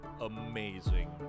amazing